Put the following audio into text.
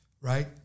right